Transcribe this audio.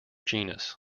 genus